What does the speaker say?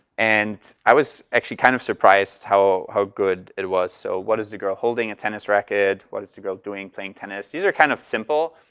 and i was actually kind of surprised how how good it was. so what is the girl holding? a tennis racket. what is the girl doing? playing tennis. these are kind of simple.